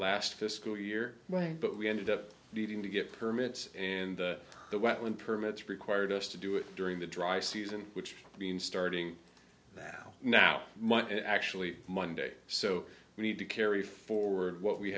last fiscal year right but we ended up needing to get permits and the wetland permits required us to do it during the dry season which means starting now now might actually monday so we need to carry forward what we